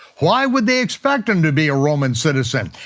why would they expect him to be a roman citizen?